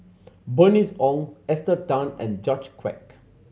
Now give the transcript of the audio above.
Bernice Ong Esther Tan and George Quek